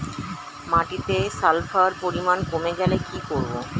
মাটিতে সালফার পরিমাণ কমে গেলে কি করব?